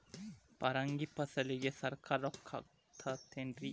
ಪರಂಗಿ ಫಸಲಿಗೆ ಸರಕಾರ ರೊಕ್ಕ ಹಾಕತಾರ ಏನ್ರಿ?